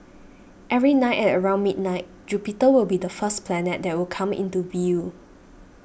every night at around midnight Jupiter will be the first planet that will come into view